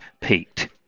peaked